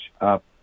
up